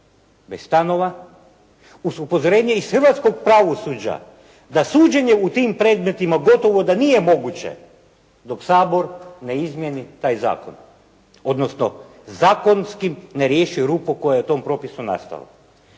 bez stanova uz upozorenje iz hrvatskog pravosuđa da suđenje u tim predmetima gotovo da nije moguće dok Sabor ne izmijeni taj zakon odnosno zakonski ne riješi rupu koja je u tom propisu nastala.